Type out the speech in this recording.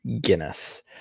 Guinness